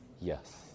Yes